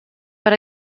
per